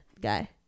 guy